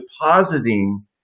depositing